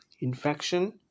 infection